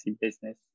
business